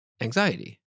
anxiety